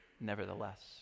nevertheless